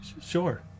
Sure